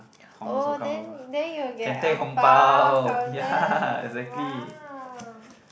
oh then then you'll get ang bao from them !wow!